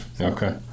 Okay